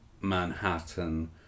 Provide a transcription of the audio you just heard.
manhattan